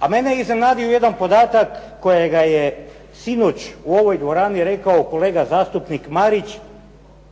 A mene je iznenadio jedan podatak kojega je sinoć u ovoj dvorani rekao kolega zastupnik Marić.